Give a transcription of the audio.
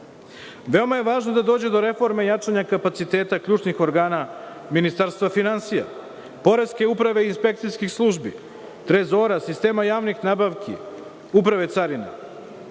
je važno da dođe do reforme jačanja kapaciteta ključnih organa Ministarstva finansija, poreske uprave i inspekcijskih službi, Trezora, sistema javnih nabavki, Uprave carina. Nužno